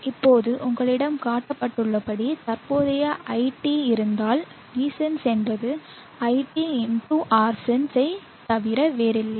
இப்போது உங்களிடம் காட்டப்பட்டுள்ளபடி தற்போதைய iT இருந்தால் Vsense என்பது iT x Rsense ஐத் தவிர வேறில்லை